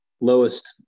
lowest